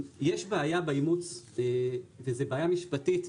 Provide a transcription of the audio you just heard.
יש בעיה באימוץ, וזאת בעיה משפטית.